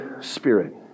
Spirit